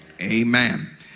Amen